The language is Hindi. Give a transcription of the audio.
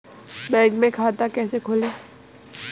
बैंक में खाता कैसे खोलें?